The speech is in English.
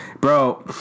Bro